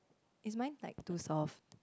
is mine like too soft